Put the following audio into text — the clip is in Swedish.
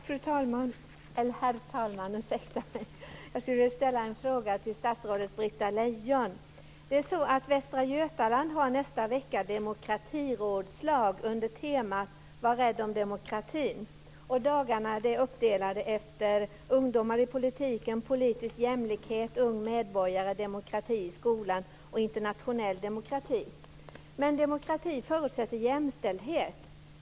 Herr talman! Jag vill ställa en fråga till statsrådet Britta Lejon. I Västra Götaland genomförs nästa vecka demokratirådslag under temat "Var rädd om demokratin". Dagarna är uppdelade på ämnena Demokrati förutsätter dock jämställdhet.